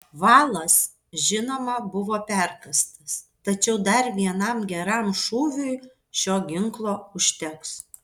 valas žinoma buvo perkąstas tačiau dar vienam geram šūviui šio ginklo užteks